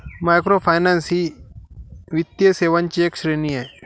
microfinance ही वित्तीय सेवांची एक श्रेणी आहे